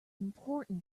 important